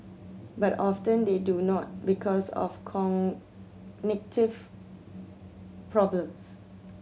but often they do not because of cognitive problems